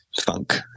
funk